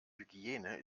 hygiene